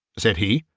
said he,